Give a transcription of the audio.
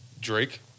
drake